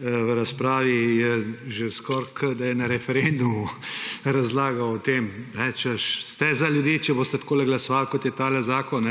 v razpravi je že, skoraj kot da je na referendumu, razlagal o tem, češ ste za ljudi, če boste tako glasovali, kot je ta zakon,